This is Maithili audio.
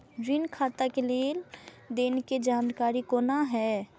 ऋण खाता के लेन देन के जानकारी कोना हैं?